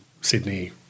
Sydney